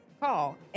call